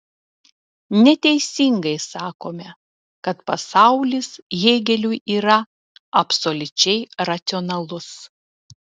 neteisingai sakome kad pasaulis hėgeliui yra absoliučiai racionalus